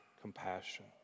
compassion